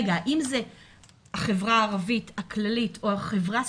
זה החברה הערבית הכללית או החברה הספציפית,